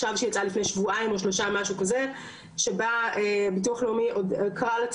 שבה ביטוח לאומי קרא לציבור המטופלים הסיעודיים ועובדיהם,